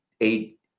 eight